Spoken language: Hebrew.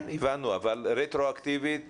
הבנו, אבל רטרואקטיבית